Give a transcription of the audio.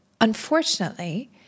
unfortunately